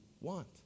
want